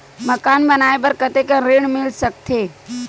मकान बनाये बर कतेकन ऋण मिल सकथे?